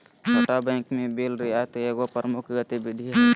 छोट बैंक में बिल रियायत एगो प्रमुख गतिविधि हइ